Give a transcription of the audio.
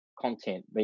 content